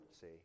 see